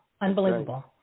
unbelievable